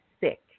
sick